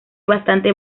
bastantes